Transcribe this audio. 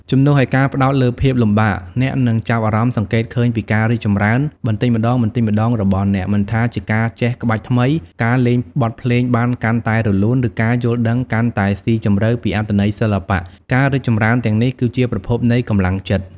ជំនួសឱ្យការផ្តោតលើភាពលំបាក អ្នកនឹងចាប់ផ្តើមសង្កេតឃើញពីការរីកចម្រើនបន្តិចម្តងៗរបស់អ្នក មិនថាជាការចេះក្បាច់ថ្មី ការលេងបទភ្លេងបានកាន់តែរលូន ឬការយល់ដឹងកាន់តែស៊ីជម្រៅពីអត្ថន័យសិល្បៈ ការរីកចម្រើនទាំងនេះគឺជាប្រភពនៃកម្លាំងចិត្ត។